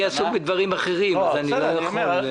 אני עסוק בדברים אחרים אז אני לא יכול.